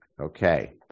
Okay